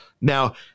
Now